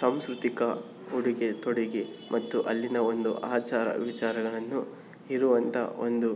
ಸಾಂಸ್ಕೃತಿಕ ಉಡುಗೆ ತೊಡುಗೆ ಮತ್ತು ಅಲ್ಲಿನ ಒಂದು ಆಚಾರ ವಿಚಾರಗಳನ್ನು ಇರುವಂಥ ಒಂದು